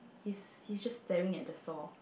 he's he's just staring at the saw